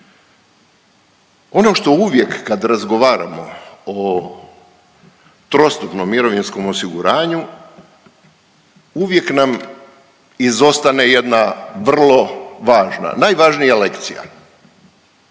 Ono što uvijek kad razgovaramo o trostupnom mirovinskom osiguranju uvijek nam izostane jedna vrlo važna, najvažnija lekcija.